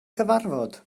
cyfarfod